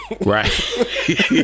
Right